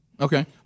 Okay